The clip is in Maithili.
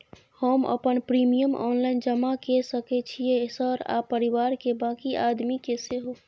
हम अपन प्रीमियम ऑनलाइन जमा के सके छियै सर आ परिवार के बाँकी आदमी के सेहो?